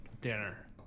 dinner